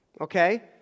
Okay